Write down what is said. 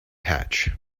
hatch